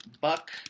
Buck